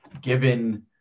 given